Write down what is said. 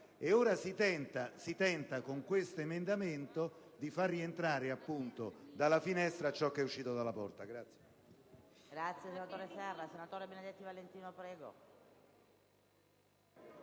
Si tenta ora, con questo emendamento, di far rientrare dalla finestra ciò che è uscito dalla porta.